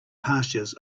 pastures